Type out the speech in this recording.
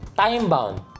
Time-bound